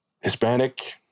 hispanic